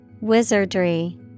Wizardry